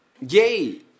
Yay